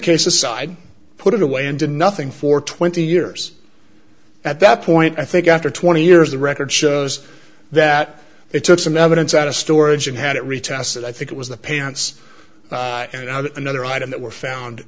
case aside put it away and did nothing for twenty years at that point i think after twenty years the record shows that they took some evidence out of storage and had it retested i think it was the pants and now that another item that were found